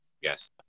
Yes